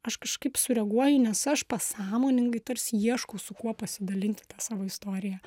aš kažkaip sureaguoju nes aš pasąmoningai tarsi ieškau su kuo pasidalinti ta savo istorija